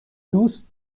دوست